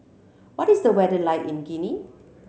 what is the weather like in Guinea